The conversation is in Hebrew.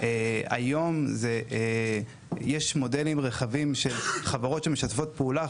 היום יש מודלים רחבים של חברות שמשתפות פעולה,